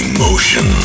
Emotion